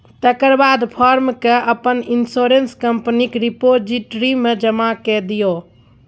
तकर बाद फार्म केँ अपन इंश्योरेंस कंपनीक रिपोजिटरी मे जमा कए दियौ